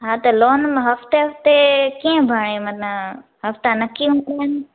हा त लोन हफ़्ते हफ़्ते कीअं भरिणी मन हफ़्ता नक्की हूंदा आहिनि